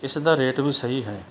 ਇਸ ਦਾ ਰੇਟ ਵੀ ਸਹੀ ਹੈ